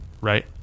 Right